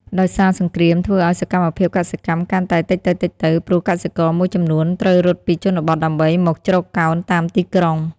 ដោយសារសង្គ្រាមធ្វើឲ្យសកម្មភាពកសិកម្មកាន់តែតិចទៅៗ ព្រោះកសិករមួយចំនួនត្រូវរត់ពីជនបទដើម្បីមកជ្រកកោនតាមទីក្រុង។